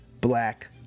black